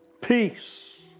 Peace